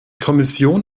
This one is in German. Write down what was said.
kommission